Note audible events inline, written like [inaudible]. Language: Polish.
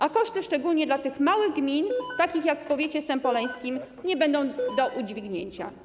A koszty, szczególnie dla małych gmin, [noise] takich jak w powiecie sępoleńskim, nie będą do udźwignięcia.